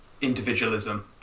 individualism